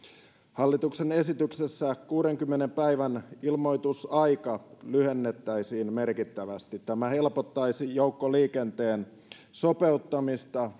hallituksen esityksessä kuudenkymmenen päivän ilmoitusaikaa lyhennettäisiin merkittävästi tämä helpottaisi joukkoliikenteen sopeuttamista